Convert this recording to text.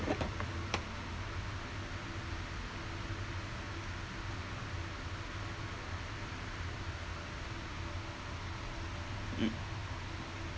mm